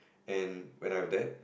and when I have that